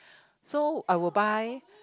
so I would buy